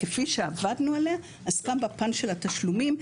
כפי שעבדנו עליה, עסקה בפן של התשלומים,